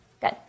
Good